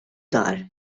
dar